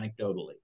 anecdotally